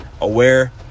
aware